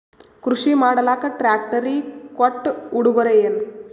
ಕೃಷಿ ಮಾಡಲಾಕ ಟ್ರಾಕ್ಟರಿ ಕೊಟ್ಟ ಉಡುಗೊರೆಯೇನ?